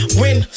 win